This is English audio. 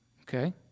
Okay